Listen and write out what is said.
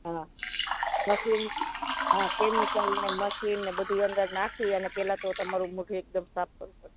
હા મશિન હા ક્લિન કરીને મશિન ને બધું અંદર નાખી અને પહેલાં તો બરાબરથી એકદમ સાફ કરવું પડશે